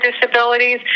disabilities